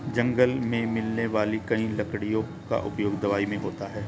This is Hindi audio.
जंगल मे मिलने वाली कई लकड़ियों का उपयोग दवाई मे होता है